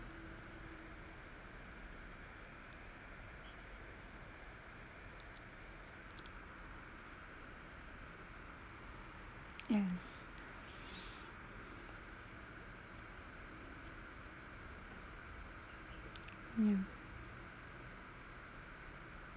yes mm